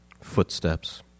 footsteps